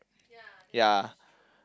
ya